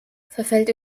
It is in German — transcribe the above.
verfällt